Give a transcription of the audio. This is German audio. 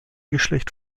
geschlecht